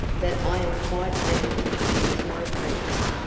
that i am quite able to choose my friends,